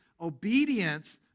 obedience